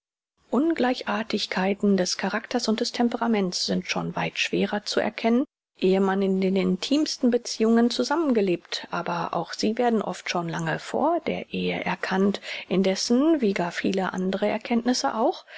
ungleichartigkeiten des charakters und des temperaments sind schon weit schwerer zu erkennen ehe man in den intimsten beziehungen zusammen gelebt aber auch sie werden oft schon lange vor der ehe erkannt indessen wie gar viele andere erkenntnisse auch